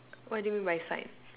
what do you mean by sign